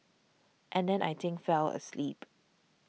and then I think fell asleep